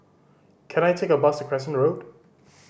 can I take a bus Crescent Road